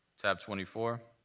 tab twenty four.